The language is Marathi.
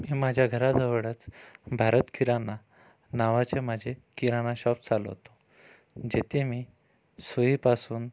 मी माझ्या घराजवळच भारत किराणा नावाचे माझे किराणा शॉप चालवतो जेथे मी सुईपासून